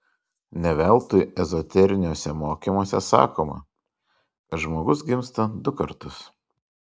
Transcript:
ne veltui ezoteriniuose mokymuose sakoma kad žmogus gimsta du kartus